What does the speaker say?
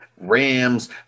rams